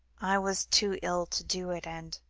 i was too ill to do it, and